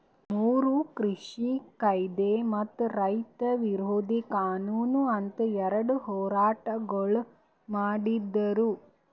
ಮೂರು ಕೃಷಿ ಕಾಯ್ದೆ ಮತ್ತ ರೈತ ವಿರೋಧಿ ಕಾನೂನು ಅಂತ್ ಎರಡ ಹೋರಾಟಗೊಳ್ ಮಾಡಿದ್ದರು